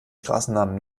straßennamen